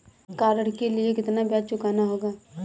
Car ऋण के लिए कितना ब्याज चुकाना होगा?